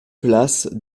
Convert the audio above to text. place